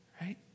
Right